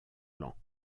lent